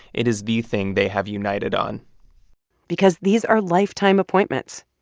it is the thing they have united on because these are lifetime appointments,